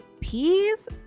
peas